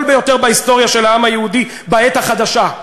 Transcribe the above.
ביותר בהיסטוריה של העם היהודי בעת החדשה.